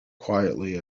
quietly